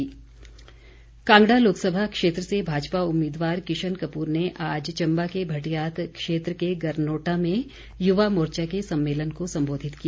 युवा मोर्चा कांगड़ा लोकसभा क्षेत्र से भाजपा उम्मीदवार किशन कपूर ने आज चम्बा के भटियात क्षेत्र के गरनोटा में युवा मोर्चा के सम्मेलन को संबोधित किया